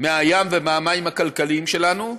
מהים ומהמים הכלכליים שלנו,